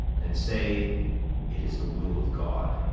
and say it is the will of god.